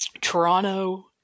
Toronto